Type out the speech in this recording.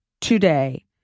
today